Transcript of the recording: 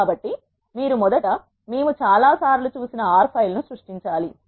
కాబట్టి మీరు మొదట మేము చాలా సార్లు చూసిన R ఫైల్ ను సృష్టించాలి